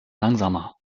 langsamer